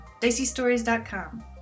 diceystories.com